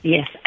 Yes